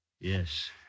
Yes